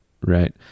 right